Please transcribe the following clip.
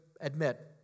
admit